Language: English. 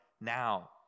now